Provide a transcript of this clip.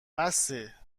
بسه